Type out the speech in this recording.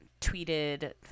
tweeted